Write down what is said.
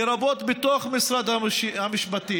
לרבות בתוך משרד המשפטים,